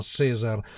Caesar